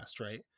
right